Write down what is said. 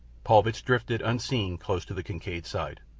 paulvitch drifted, unseen, close to the kincaid's side.